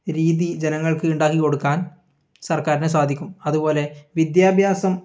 രീതി ജനങ്ങൾക്ക് ഉണ്ടാക്കി കൊടുക്കാൻ സർക്കാരിന് സാധിക്കും അതുപോലെ വിദ്യാഭ്യാസം